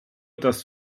das